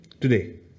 today